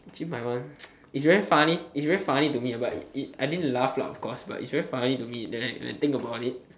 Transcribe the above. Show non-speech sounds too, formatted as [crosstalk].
actually my one [noise] it's very it's very funny to me but I didn't laugh lah of course but it's very funny to me when when I think about it